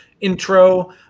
intro